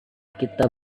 kita